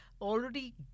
already